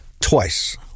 twice